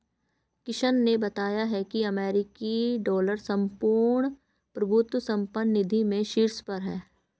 किशन ने बताया की अमेरिकी डॉलर संपूर्ण प्रभुत्व संपन्न निधि में शीर्ष पर है